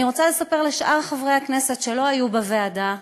אני רוצה לספר לחברי הכנסת שלא היו בוועדה,